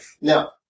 Now